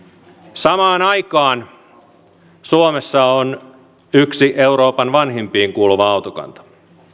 samaan aikaan suomessa on yksi euroopan vanhimpiin kuuluva autokanta